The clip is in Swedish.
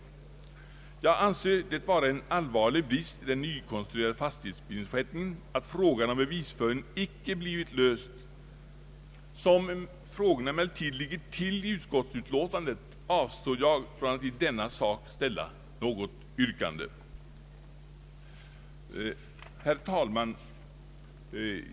Jag anser det vara en allvarlig brist i den nykonstruerade fastighetsbildningsförrättningen att frågan om bevisföringen icke blivit löst. Som frågan emellertid ligger till i utskottsutlåtandet avstår jag från att i denna sak ställa något yrkande. Herr talman!